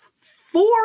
four